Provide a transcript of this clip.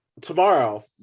Tomorrow